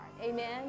Amen